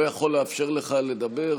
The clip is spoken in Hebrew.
אני לא יכול לאפשר לך לדבר,